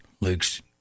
luke's